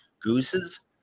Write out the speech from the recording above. Gooses